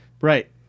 Right